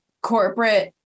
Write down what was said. corporate